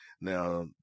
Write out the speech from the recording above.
Now